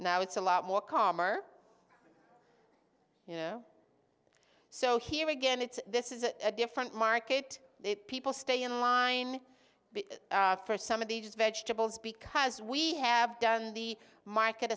now it's a lot more calm or you know so here again it's this is a different market people stay in line for some of these vegetables because we have done the market